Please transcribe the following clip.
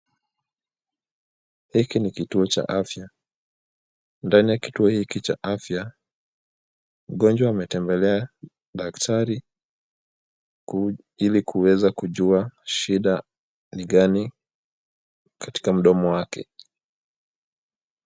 Hiki ni kituo cha afya, ndani ya kituo hichi cha afya, mgonjwa ametembelea daktari ili kuweza kujua shida ni gani katika mdomo wake.